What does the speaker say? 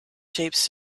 shapes